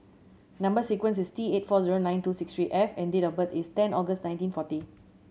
number sequence is T eight four zero nine two six three F and date of birth is ten August nineteen forty